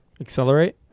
Accelerate